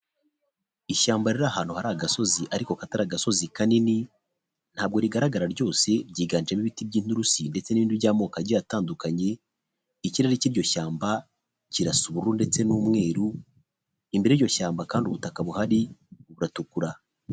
Ishyamba riri ahantu hari agasozi ariko akatari agasozi kanini, ntabwo rigaragara ryose ryiganjemo ibiti by'inturusi ndetse n'ibindi by'amoko agiye atandukanye, ikirere cy'iryo shyamba kirasa ubururu ndetse n'umweruru, imbere y'iryo shyamba kandi ubutaka buhari buratukura.